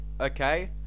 okay